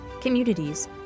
communities